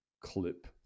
clip